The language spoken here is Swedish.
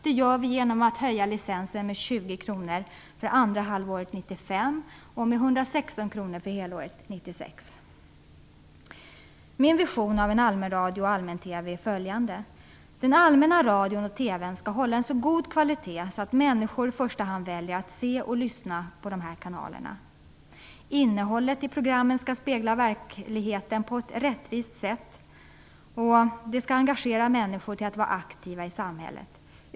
Det gör vi genom att höja licensavgiften med 20 kr för andra halvåret 1995 Min vision av en allmänradio och allmän-TV är följande. Den allmänna radion och TV:n skall hålla en så god kvalitet att människor i första hand väljer att se och lyssna på de kanalerna. Innehållet i programmen skall avspegla verkligheten på ett rättvist sätt. Det skall engagera människor att vara aktiva i samhället.